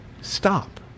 Stop